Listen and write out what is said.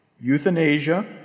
euthanasia